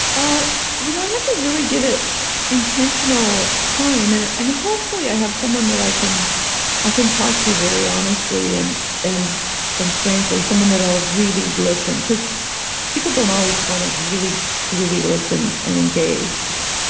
ah you know, i have to really give it intentional time. and and hopefully, i have someone that i can i can talk to very honestly and and and frankly, someone that'll really listen, because people don't always want to really, truly listen and engage. yeah.